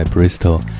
Bristol